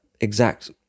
exact